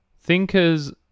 Thinkers